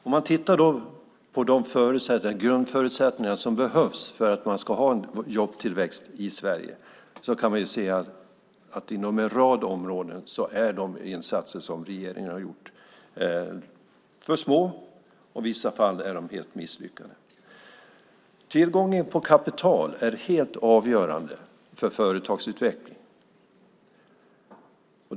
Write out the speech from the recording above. Om man tittar på de grundförutsättningar som behövs för att man ska ha en jobbtillväxt i Sverige kan man se att inom en rad områden är de insatser som regeringen har gjort för små och i vissa fall helt misslyckade. Tillgången på kapital är helt avgörande för företagsutveckling.